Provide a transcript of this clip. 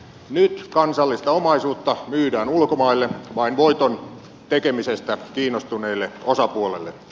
nyt kansallista omaisuutta myydään ulkomaille vain voiton tekemisestä kiinnostuneille osapuolille